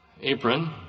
apron